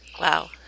Wow